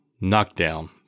knockdown